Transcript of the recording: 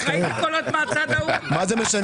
מה זה משנה?